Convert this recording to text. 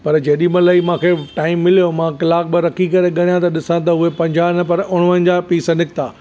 पर जेॾी महिल ई मूंखे टाइम मिलियो मां कलाक ॿ रखी करे ॻणिया त ॾिसां त उहे पंजाह न पर उणिवंजाह पीस निकता